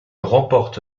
remporte